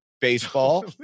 baseball